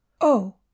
Oh